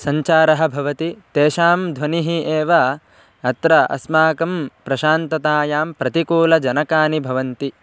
सञ्चारः भवति तेषां ध्वनिः एव अत्र अस्माकं प्रशान्ततायां प्रतिकूलजनकानि भवन्ति